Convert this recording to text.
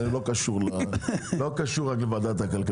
זה לא קשור רק לוועדת הכלכלה,